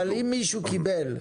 אבל אם מישהו קיבל,